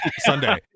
Sunday